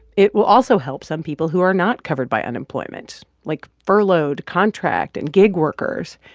it will also help some people who are not covered by unemployment, like furloughed, contract and gig workers.